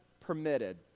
permitted